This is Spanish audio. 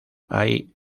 hay